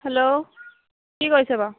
hello কি কৰিছে বাৰু